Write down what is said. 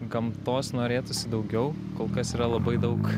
gamtos norėtųsi daugiau kol kas yra labai daug